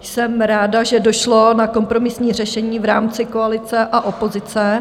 Jsem ráda, že došlo na kompromisní řešení v rámci koalice a opozice.